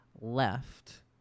left